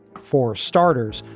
for starters,